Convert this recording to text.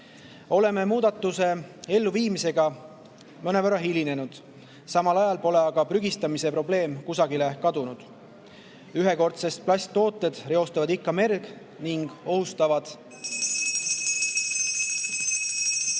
Oleme muudatuse elluviimisega mõnevõrra hilinenud, samal ajal pole aga prügistamise probleem kusagile kadunud. Ühekordsed plasttooted reostavad ikka merd ning ohustavad